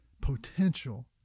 potential